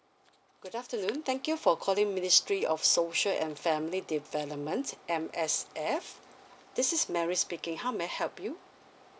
good afternoon thank you for calling ministry of social and family development M_S_F this is mary speaking how may I help you